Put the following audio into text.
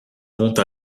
monte